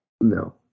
No